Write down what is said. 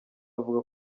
avuga